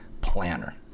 planner